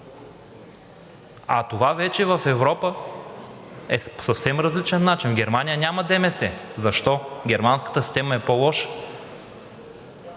а това вече в Европа е по съвсем различен начин. В Германия няма ДМС. Защо? Германската система е по-лоша?